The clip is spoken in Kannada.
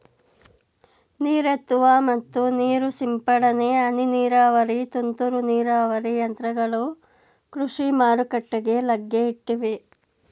ನೀರೆತ್ತುವ ಮತ್ತು ನೀರು ಸಿಂಪಡನೆ, ಹನಿ ನೀರಾವರಿ, ತುಂತುರು ನೀರಾವರಿ ಯಂತ್ರಗಳು ಕೃಷಿ ಮಾರುಕಟ್ಟೆಗೆ ಲಗ್ಗೆ ಇಟ್ಟಿವೆ